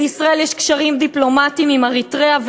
לישראל יש קשרים דיפלומטיים עם אריתריאה,